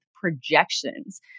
projections